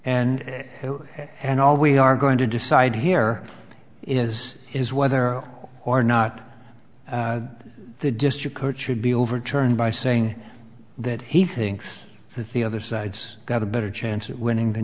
and and all we are going to decide here is is whether or not the just you coach should be overturned by saying that he thinks that the other side's got a better chance of winning than